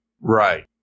Right